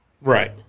Right